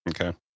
Okay